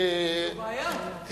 זו בעיה.